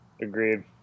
Agreed